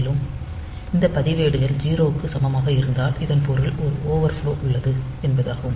மேலும் இந்த பதிவேடுகள் 0 க்கு சமமாக இருந்தால் இதன் பொருள் ஒரு ஓவர்ஃப்லோ உள்ளது என்பதாகும்